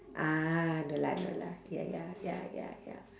ah no lah no lah ya ya ya ya ya